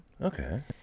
Okay